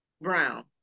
brown